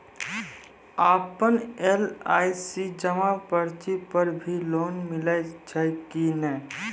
आपन एल.आई.सी जमा पर्ची पर भी लोन मिलै छै कि नै?